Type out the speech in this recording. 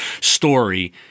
story